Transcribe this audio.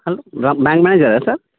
hello bank మ్యానేజరా sir